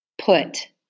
put